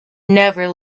never